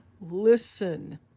Listen